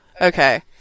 Okay